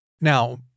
Now